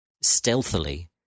Stealthily